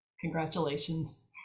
Congratulations